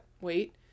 wait